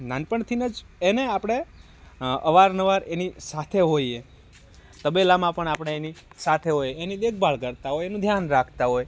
નાનપણથીન જ એને આપણે અવાર નવાર એની સાથે હોઈએ તબેલામાં પણ આપણે એની સાથે હોઈએ એની દેખભાળ કરતા હોય એનું ધ્યાન રાખતા હોય